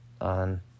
on